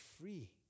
free